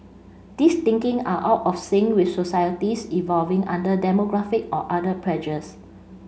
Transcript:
these thinking are out of sync with societies evolving under demographic or other pressures